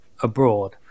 abroad